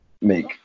make